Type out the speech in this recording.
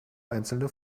einzelne